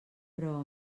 però